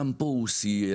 גם פה הוא סייע.